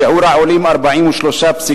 שיעור העולים הוא 43.4%,